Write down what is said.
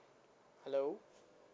hello